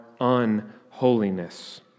unholiness